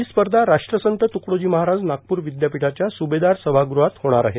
ही स्पर्धा राष्ट्रसंत त्कडोजी महाराज नागप्र विद्यापीठाच्या सुभेदार सभागृहात होणार आहे